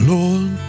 Lord